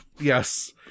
Yes